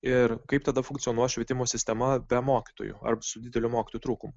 ir kaip tada funkcionuos švietimo sistema be mokytojų ar su dideliu mokytojų trūkumu